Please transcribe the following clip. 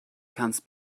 kannst